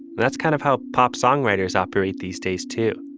that's kind of how pop songwriters operate these days to